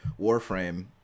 warframe